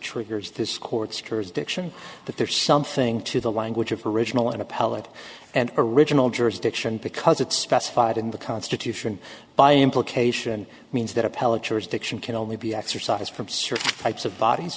triggers this court's jurisdiction but there's something to the language of original an appellate and original jurisdiction because it specified in the constitution by implication means that appellate jurisdiction can only be exercised from certain types of bodies